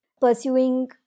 pursuing